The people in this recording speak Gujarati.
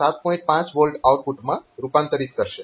5 V આઉટપુટમાં રૂપાંતરીત કરશે